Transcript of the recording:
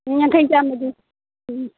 ꯌꯥꯡꯈꯩ ꯆꯥꯝꯃꯗꯤ ꯎꯝ